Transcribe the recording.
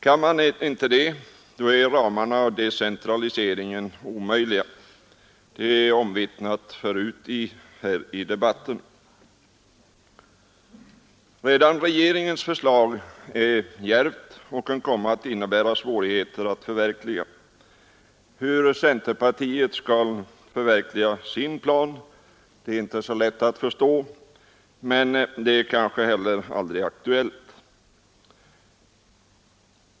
Kan man ej detta är ramarna och decentraliseringen omöjlig. Det är omvittnat förut i debatten. Redan regeringens förslag är djärvt och kan innebära svårigheter att förverkliga. Hur centerpartiet skall förverkliga sin plan är inte lätt att förstå. Men det blir väl heller aldrig aktuellt.